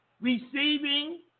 Receiving